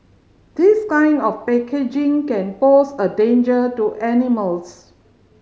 this kind of packaging can pose a danger to animals